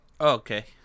Okay